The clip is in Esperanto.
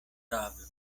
tablo